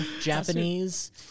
japanese